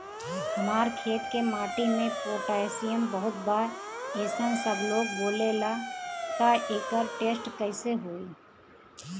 हमार खेत के माटी मे पोटासियम बहुत बा ऐसन सबलोग बोलेला त एकर टेस्ट कैसे होई?